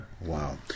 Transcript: Wow